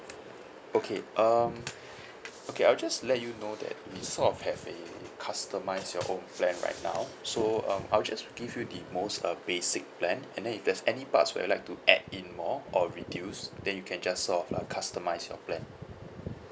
okay um okay I will just let you know that we sort of have um customise your own plan right now so um I'll just give you the most uh basic plan and then if there's any parts where you would like to add in more or reduce then you can just sort of like customise your plan